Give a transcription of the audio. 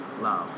Love